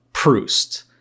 Proust